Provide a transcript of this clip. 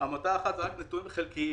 שהבאתי לכאן?